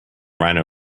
rhino